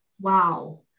Wow